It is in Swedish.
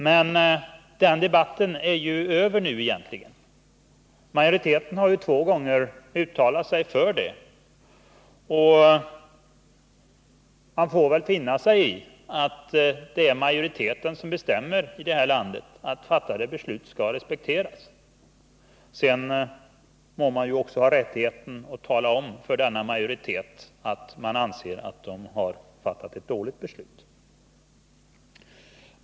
Men debatten om den saken är ju nu egentligen över. Majoriteten har två gånger uttalat sig för det alternativet, och man får väl finna sig i att det är majoriteten som bestämmer i det här landet — fattade beslut skall respekteras. Men sedan må man ju ändå ha rättighet att tala om för denna majoritet att den fattat ett dåligt beslut.